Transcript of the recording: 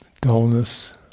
Dullness